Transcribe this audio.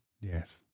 Yes